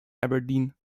aberdeen